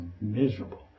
miserable